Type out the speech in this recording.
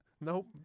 Nope